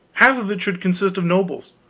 half of it should consist of nobles,